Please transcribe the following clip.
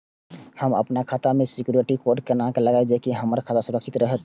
हम अपन खाता में सिक्युरिटी कोड केना लगाव जैसे के हमर खाता सुरक्षित रहैत?